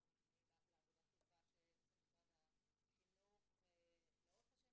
חד משמעי לעבודה הטובה שעושה משרד החינוך לאורך השנים.